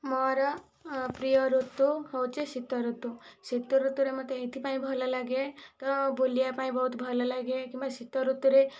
ମୋର ମୋ ପ୍ରିୟ ଋତୁ ହେଉଛି ଶୀତ ଋତୁ ଶୀତ ଋତୁରେ ମୋତେ ଏଇଥିପାଇଁ ଭଲ ଲାଗେ କାରଣ ବୁଲିବା ପାଇଁ ବହୁତ ଭଲ ଲାଗେ କିମ୍ବା ଶୀତ ଋତୁରେ